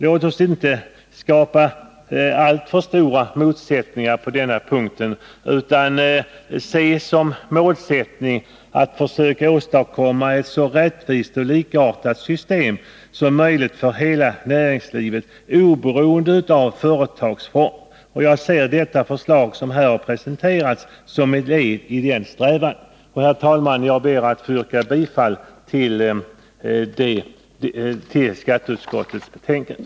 Låt oss inte skapa alltför stora motsättningar på denna punkt, utan se som mål att åstadkomma ett så rättvist och likartat system som möjligt för hela näringslivet, oberoende av företagsform. Jag ser det förslag som här har presenterats som ett led i denna strävan. Herr talman! Jag ber att få yrka bifall till hemställan i skatteutskottets betänkande.